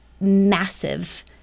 massive